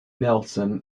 nelson